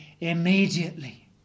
immediately